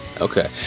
Okay